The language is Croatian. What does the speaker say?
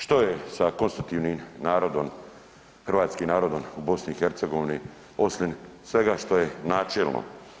Što je sa konstitutivnim narodom, hrvatskim narodom u BiH osim svega što je načelo?